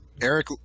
Eric